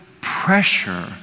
pressure